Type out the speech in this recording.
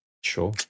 sure